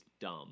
dumb